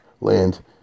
land